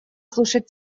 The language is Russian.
слушать